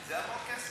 זה המון כסף.